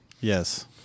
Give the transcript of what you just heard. Yes